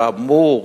שאמורים